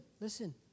listen